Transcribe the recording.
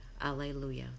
Alleluia